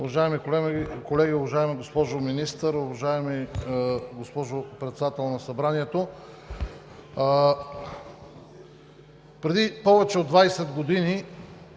Уважаеми колеги, уважаема госпожо Министър, уважаема госпожо Председател на Народното събрание! Преди повече от 20 години